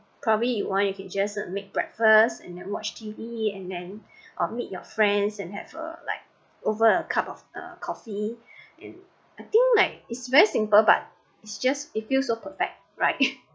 probably you want you can just make breakfast and then watch T_V and then uh meet your friends and have a like over a cup of a coffee I think like is very simple but but it's just it feels so perfect right